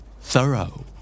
Thorough